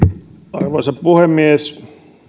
arvoisa puhemies